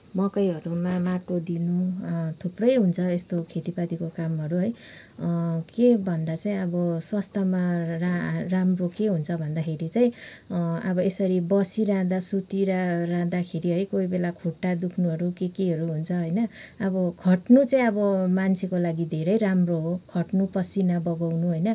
मकैहरूमा माटो दिनु थुप्रै हुन्छ यस्तो खेतीपातीको कामहरू है के भन्दा चाहिँ अब स्वास्थ्यमा रा राम्रो के हुन्छ भन्दाखेरि चाहिँ अब यसरी बसिरहँदा सुतिरहँदाखेरि है कोही बेला खुट्टा दुख्नुहरू के केहरू हुन्छ होइन अब खट्नु चाहिँ अब मान्छेको लागि धेरै राम्रो हो खट्नु पसिना बगाउनु होइन